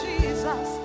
Jesus